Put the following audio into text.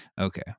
Okay